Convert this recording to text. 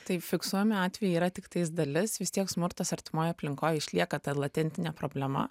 tai fiksuojami atvejai yra tiktais dalis vis tiek smurtas artimoj aplinkoj išlieka tad latentinė problema